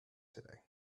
today